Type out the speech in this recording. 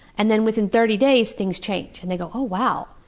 and then, within thirty days, things change and they go, oh, wow.